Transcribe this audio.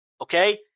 Okay